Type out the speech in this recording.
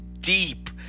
deep